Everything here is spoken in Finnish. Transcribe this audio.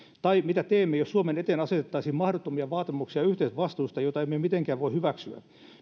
tai mitä teemme jos suomen eteen asetettaisiin mahdottomia vaatimuksia yhteisvastuista joita emme mitenkään voi hyväksyä